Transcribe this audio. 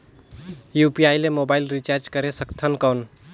UPI ले mobile recharge करे सकथन कौन?